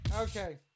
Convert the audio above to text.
Okay